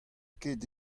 ket